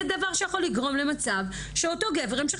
זה דבר שיכול לגרום למצב שאותו גבר ימשיך